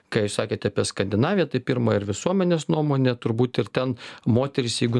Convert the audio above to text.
ką jūs sakėte apie skandinaviją tai pirma ir visuomenės nuomonė turbūt ir ten moterys jeigu